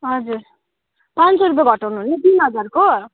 हजुर पाँच सौ रुपियाँ घटाउनु हुने तिन हजारको